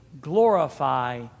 glorify